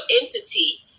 entity